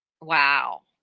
Wow